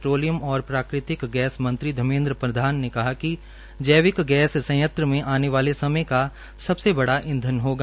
petroleum और प्राकृतिक gas मंत्री धर्मेन्द्र प्रधान ने कहा कि जैविक गैस संयंत्र में आने वाले समय का सबसे बड़ा ईंधन होगा